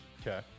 Okay